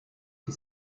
she